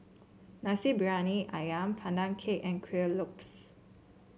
Nasi Briyani ayam Pandan Cake and Kueh Lopes